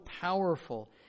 powerful